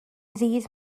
ddydd